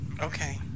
Okay